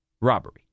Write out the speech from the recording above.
robbery